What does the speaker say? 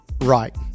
right